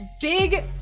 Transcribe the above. Big